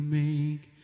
make